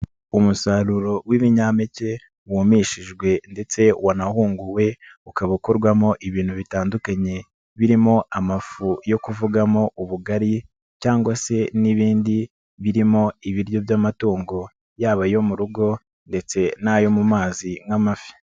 Umusaruro w'ibinyampeke wumishijwe ndetse wanahunguwe, ukaba ukorwamo ibintu bitandukanye, birimo amafu yo kuvugamo ubugari cyangwa se n'ibindi birimo ibiryo by'amatungo yaba ayo mu rugo ndetse n'ayo mu mazi nk'amafi.